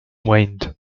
waned